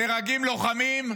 נהרגים לוחמים,